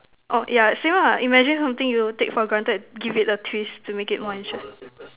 orh ya same ah imagine something you'll take for granted you give it a twist to make it more interesting